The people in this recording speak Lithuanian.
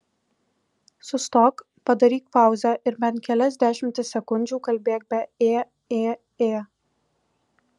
sustok padaryk pauzę ir bent kelias dešimtis sekundžių kalbėk be ė ė ė